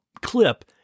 clip